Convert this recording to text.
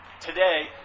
today